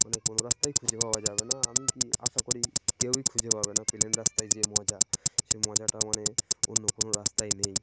মানে কোনো রাস্তায় খুঁজে পাওয়া যাবে না আমি কি আশা করি কেউই খুঁজে পাবে না প্লেন রাস্তায় যে মজা সে মজাটা মানে অন্য কোনো রাস্তায় নেই